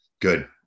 Good